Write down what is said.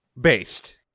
Based